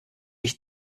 ich